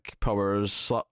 powers